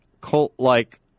cult-like